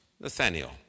Nathaniel